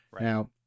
now